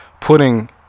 putting